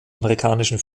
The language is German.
amerikanischen